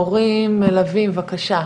הורים מלווים בבקשה,